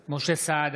נוכחת משה סעדה,